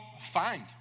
find